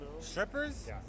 Strippers